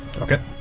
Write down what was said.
Okay